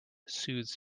soothes